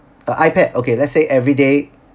a I_pad okay let's say everyday